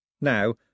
Now